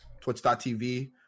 twitch.tv